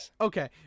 okay